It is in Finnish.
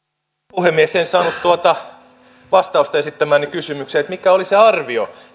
puhemies en saanut vastausta esittämääni kysymykseeni mikä oli se arvio